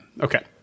Okay